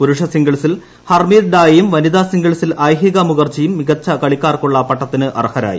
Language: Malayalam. പുരുഷ സിംഗിൾസിൽ ഹർമീത് ഡായിയും വനിതാ സിംഗിൾസിൽ ഐഹിക മുഖർജിയും മികച്ച കളിക്കാർക്കുള്ള പട്ടത്തിനർഹരായി